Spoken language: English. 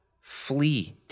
Flee